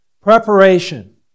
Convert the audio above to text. Preparation